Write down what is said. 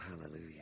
hallelujah